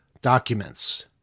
documents